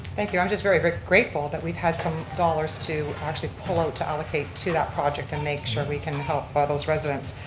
thank you i'm just very very grateful, but we've had some dollars to actually pull out to allocate to that project and make sure we can help ah those residents.